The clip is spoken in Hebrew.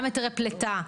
גם היתרי פליטה.